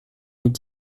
mille